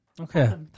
Okay